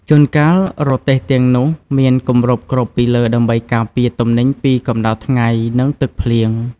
ជួនកាលរទេះទាំងនោះមានគម្របគ្របពីលើដើម្បីការពារទំនិញពីកម្ដៅថ្ងៃនិងទឹកភ្លៀង។